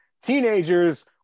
teenagers